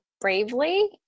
bravely